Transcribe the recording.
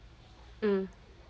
mm